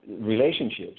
relationships